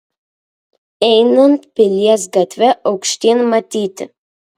einant pilies gatve aukštyn matyti